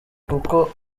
kuko